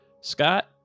Scott